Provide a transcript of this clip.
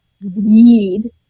need